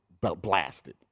blasted